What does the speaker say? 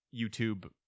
YouTube